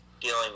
dealing